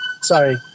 Sorry